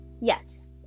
Yes